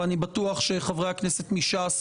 ואני בטוח שחברי הכנסת מש"ס